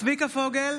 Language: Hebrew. צביקה פוגל,